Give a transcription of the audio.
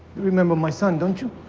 you remember my son, don't you?